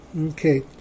okay